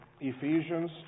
Ephesians